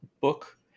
book